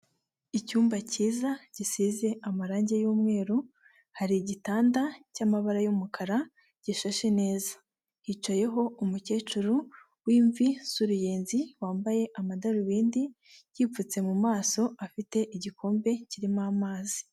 Icyumba cyiza gisize amarangi y'umweru hari igitanda cyamabara y'umukara gishashe neza, hicayeho umukecuru w'imvi z'uruyenzi wambaye amadarubindi yipfutse mu maso afite igikombe kirimo amazi.